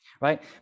right